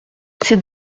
c’est